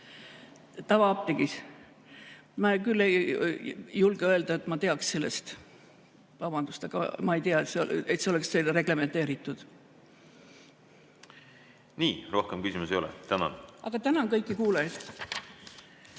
Tavaapteegis? Ma küll ei julge öelda, et ma teaksin sellest. Vabandust, aga ma ei tea, et see oleks reglementeeritud. Nii, rohkem küsimusi ei ole. Tänan! Nii, rohkem küsimusi ei